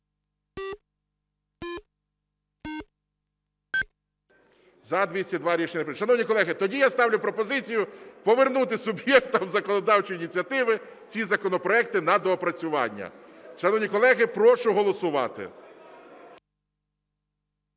не прийнято. Шановні колеги, тоді я ставлю пропозицію повернути суб'єктам законодавчої ініціативи ці законопроекти на доопрацювання. Шановні колеги, прошу голосувати.